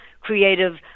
creative